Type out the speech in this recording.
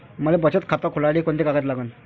मले बचत खातं खोलासाठी कोंते कागद लागन?